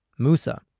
mousa.